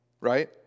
right